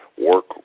work